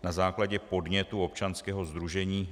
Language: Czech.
Na základě podnětu občanského sdružení